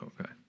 Okay